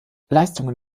leistungen